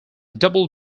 double